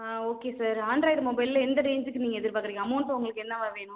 ஆ okay sir Android மொபைலில் எந்த ரேஞ்சுக்கு நீங்கள் எதிர்பாக்குறீங்க அமௌண்ட்டு உங்களுக்கு என்னவாக வேணும்